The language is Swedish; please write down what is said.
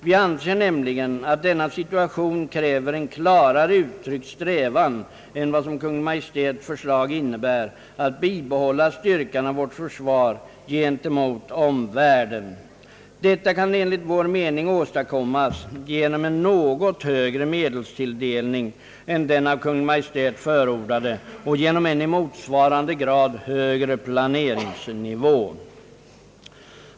Vi anser nämligen, att denna situation kräver en klarare uttryckt strävan än vad som Kungl. Maj:ts förslag innebär att bibehålla styrkan av vårt försvar gentemot omvärlden. Detta kan enligt vår mening åstadkommas genom en något högre medelstilldelning än den av Kungl. Maj:t förordade och genom en i motsvarande grad högre planeringsnivå.